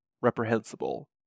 reprehensible